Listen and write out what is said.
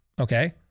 okay